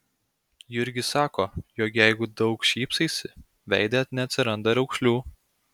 jurgis sako jog jeigu daug šypsaisi veide neatsiranda raukšlių